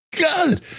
God